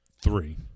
Three